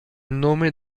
nome